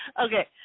Okay